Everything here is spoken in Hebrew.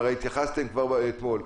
הרי התייחסתם כבר אתמול.